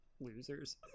Losers